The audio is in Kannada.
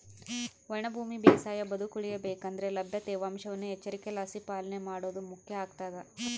ಒಣ ಭೂಮಿ ಬೇಸಾಯ ಬದುಕುಳಿಯ ಬೇಕಂದ್ರೆ ಲಭ್ಯ ತೇವಾಂಶವನ್ನು ಎಚ್ಚರಿಕೆಲಾಸಿ ಪಾಲನೆ ಮಾಡೋದು ಮುಖ್ಯ ಆಗ್ತದ